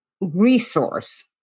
resource